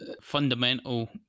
fundamental